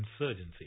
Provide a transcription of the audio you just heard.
insurgency